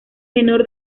menor